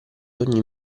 ogni